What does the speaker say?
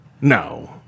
No